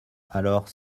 alors